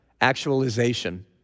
actualization